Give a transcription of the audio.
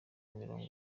mirongo